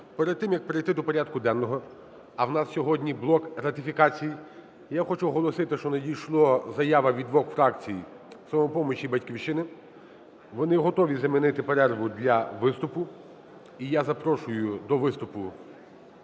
перед тим як перейти до порядку денного, а у нас сьогодні блократифікацій, я хочу оголосити, що надійшла заява від двох фракцій: "Самопомочі" і "Батьківщини". Вони готові замінити перерву для виступу. І я запрошую до виступу